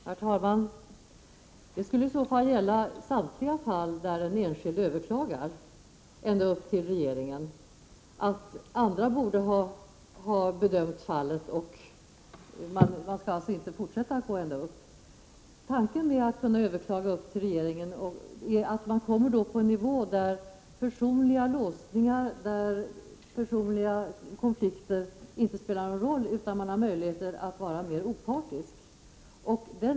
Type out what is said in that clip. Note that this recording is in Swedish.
Herr talman! Det senaste som statsrådet sade om att myndigheterna inte kan veta bäst skulle väl gälla samtliga fall då en enskild överklagar ända upp till regeringen. Andra borde kunna bedöma fallet lika bra som regeringen, och man skulle alltså inte överklaga ända upp. Tanken med att kunna överklaga till regeringen är att frågan hamnar på en nivå där personliga låsningar och konflikter inte spelar någon roll. Regeringen har möjlighet att vara mer opartisk.